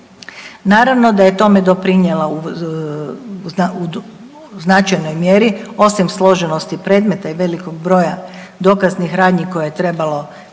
Naravno da je tome doprinijela u značajnoj mjeri osim složenosti predmeta i velikog broja dokaznih radnji koje je trebalo provesti